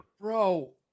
Bro